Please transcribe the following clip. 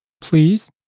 please